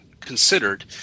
Considered